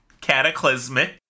Cataclysmic